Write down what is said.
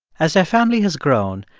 as their family has grown,